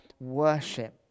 worship